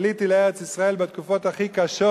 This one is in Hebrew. עליתי לארץ-ישראל בתקופות הכי קשות,